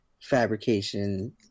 fabrication